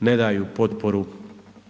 ne daju potporu